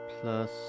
plus